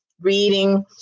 reading